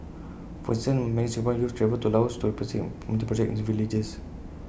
for instance many Singaporean youths travel to Laos to participate in community projects in its villages